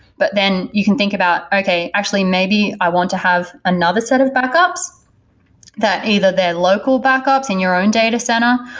but then you can think about, okay. actually, maybe i want to have another set or backups that either they're local backups in your own data center,